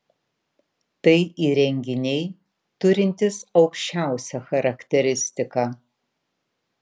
tai įrenginiai turintys aukščiausią charakteristiką